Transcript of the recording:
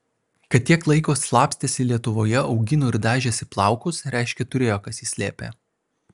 kad tiek laiko slapstėsi lietuvoje augino ir dažėsi plaukus reiškia turėjo kas jį slėpė